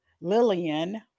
Lillian